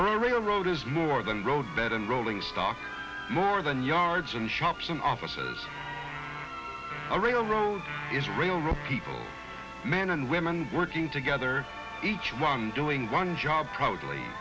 a road is more than road bed and rolling stock more than yards and shops and offices a railroad is real real people men and women working together each one doing one job proudly